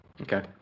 okay